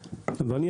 ואני,